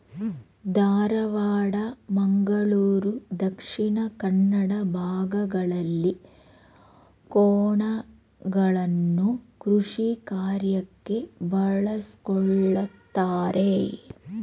ಧಾರವಾಡ, ಮಂಗಳೂರು ದಕ್ಷಿಣ ಕನ್ನಡ ಭಾಗಗಳಲ್ಲಿ ಕೋಣಗಳನ್ನು ಕೃಷಿಕಾರ್ಯಕ್ಕೆ ಬಳಸ್ಕೊಳತರೆ